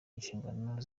inshingano